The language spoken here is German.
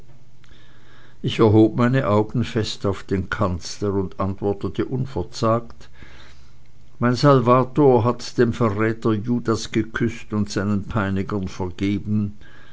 ich erhob meine augen fest auf den kanzler und antwortete unverzagt mein salvator hat den verräter judas geküßt und seinen peinigern vergeben